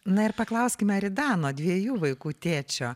na ir paklauskime aridano dviejų vaikų tėčio